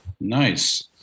Nice